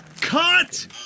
Cut